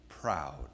proud